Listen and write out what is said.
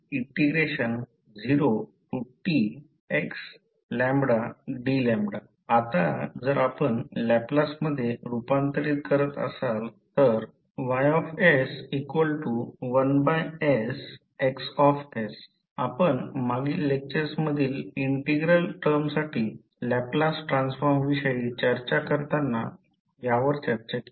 Y 0txdλ आता जर आपण लॅपलास मध्ये रूपांतरित करत असाल तर Ys1sXs आपण मागील लेक्चर्स मधील इंटिग्रल टर्मसाठी लॅपलास ट्रान्सफॉर्मविषयी चर्चा करताना यावर चर्चा केली